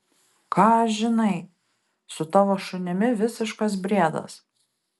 ką aš žinai su tavo šunimi visiškas briedas